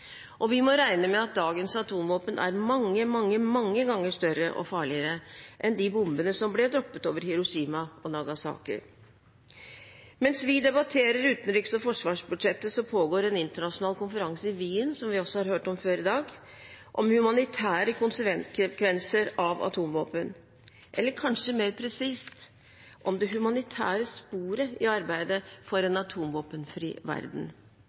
siden. Vi må regne med at dagens atomvåpen er mange, mange, mange ganger større og farligere enn de bombene som ble droppet over Hiroshima og Nagasaki. Mens vi debatterer utenriks- og forsvarsbudsjettet, pågår en internasjonal konferanse i Wien – som vi også har hørt om før i dag – om humanitære konsekvenser av atomvåpen, eller kanskje mer presist, om det humanitære sporet i arbeidet for en atomvåpenfri verden